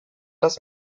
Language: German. das